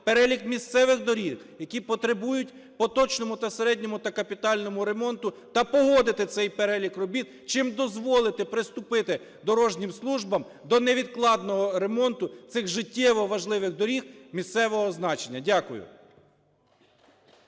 перелік місцевих доріг, які потребують у поточному та середньому, та капітальному ремонті, та погодити цей перелік робіт, чим дозволити приступити дорожнім службам до невідкладного ремонту цих життєво важливих доріг місцевого значення. Дякую.